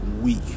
week